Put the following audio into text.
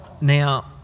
now